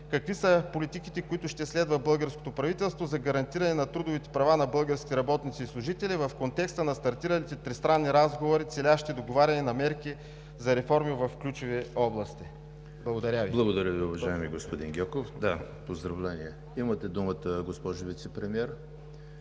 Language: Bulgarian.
какви са политиките, които ще следва българското правителство за гарантиране на трудовите права на българските работници и служители в контекста на стартиралите тристранни разговори, целящи договаряне на мерки за реформи в ключови области? Благодаря Ви. ПРЕДСЕДАТЕЛ ЕМИЛ ХРИСТОВ: Благодаря, Ви, уважаеми господин Гьоков. Имате думата, госпожо Вицепремиер,